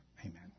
Amen